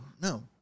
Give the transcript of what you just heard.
no